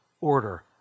order